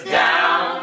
down